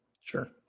Sure